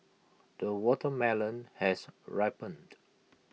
the watermelon has ripened